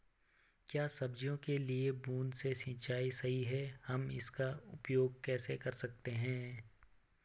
क्या सब्जियों के लिए बूँद से सिंचाई सही है हम इसका उपयोग कैसे कर सकते हैं?